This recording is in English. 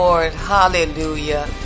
hallelujah